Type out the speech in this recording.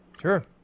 Sure